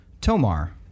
Tomar